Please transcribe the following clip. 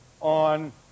on